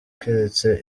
keretse